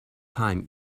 time